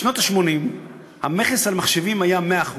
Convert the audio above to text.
בשנות ה-80 המכס על מחשבים היה 100%,